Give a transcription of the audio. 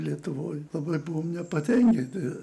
lietuvoj labai buvome nepatenkinti